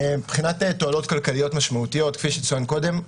מבחינת תועלות כלכליות משמעותיות כפי שצוין קודם,